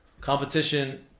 competition